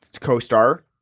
co-star